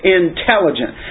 intelligent